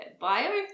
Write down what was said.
bio